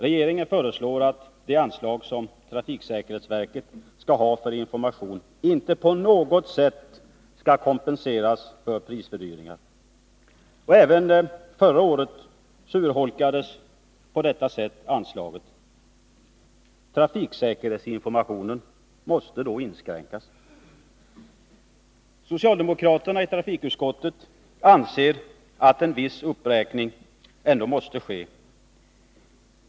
Regeringen föreslår att det anslag som trafiksäkerhetsverket skall ha för information inte på något sätt skall kompenseras för prishöjningar. Även förra året urholkades anslaget på detta sätt. Trafiksäkerhetsinformationen måste då inskränkas. Socialdemokraterna i trafikutskottet anser att en viss uppräkning måste ske.